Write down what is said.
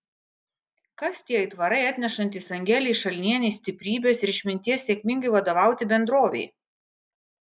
kas tie aitvarai atnešantys angelei šalnienei stiprybės ir išminties sėkmingai vadovauti bendrovei